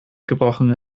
gebrochen